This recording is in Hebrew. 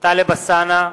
טלב אלסאנע,